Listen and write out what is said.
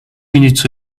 minutes